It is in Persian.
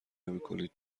نمیکنید